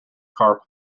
car